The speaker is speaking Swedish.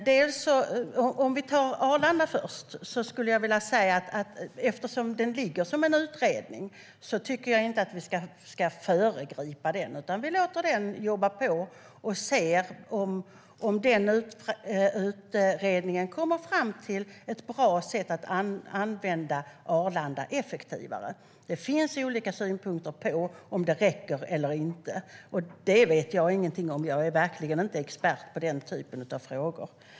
Herr talman! Låt oss se på Arlanda först. Eftersom Arlanda finns med i utredningen tycker jag att vi inte ska föregripa resultatet av utredningen. Vi låter utredningen jobba på för att se om den kommer fram till ett bra sätt att använda Arlanda effektivare. Det finns olika synpunkter på om Arlanda räcker eller inte. Det vet jag ingenting om. Jag är verkligen inte expert på den typen av frågor.